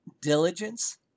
diligence